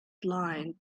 blind